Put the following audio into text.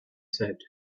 said